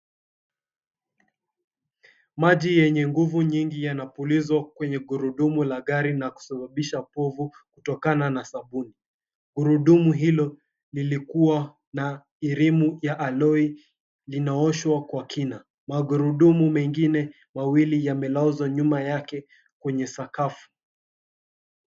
Maji yenye nguvu nyingi yanapulizwa kwenye gurudumu la gari na kusababisha povu kutokana na sabuni. Gurudumu hilo lilikuwa na rim ya alloy linaoshwa kwa kina, magurudumu mengine wawili yamelazwa nyuma yake kwenye sakafu.